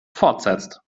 fortsetzt